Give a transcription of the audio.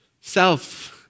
Self